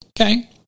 Okay